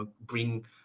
bring